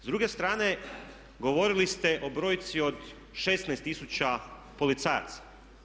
S druge strane govorili ste o brojci od 16 tisuća policajaca.